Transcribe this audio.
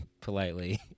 politely